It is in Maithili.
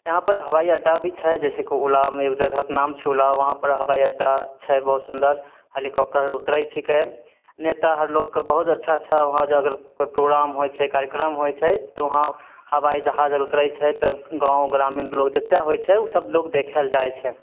एहाँपर हबाइअड्डा भी छै जैसेकी उलावमे जगहके नाम छै उलाव वहाँपर हबाइअड्डा छै बहुत सुन्दर हेलिकप्टर उतरै छिकै नेता हरलोकके बहुत अच्छा अच्छा वहाँ जाकर प्रोग्राम होइ छै कार्यक्रम होइ छै तऽ ओहाँ हबाइ जहाज आर उतरै छै तऽ गाँव ग्रामीण लोग जतए होइ छै ओसब लोग देखए लए जाइ छै